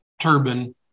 turban